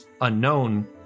unknown